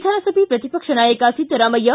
ವಿಧಾನಸಭೆ ಪ್ರತಿಪಕ್ಷ ನಾಯಕ ಸಿದ್ದರಾಮಯ್ಯ